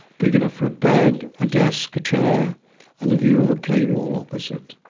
big enough for a bed, a desk, a chair and the view of a plain wall opposite.